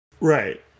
Right